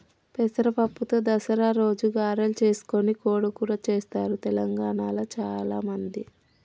పెసర పప్పుతో దసరా రోజు గారెలు చేసుకొని కోడి కూర చెస్తారు తెలంగాణాల చాల మంది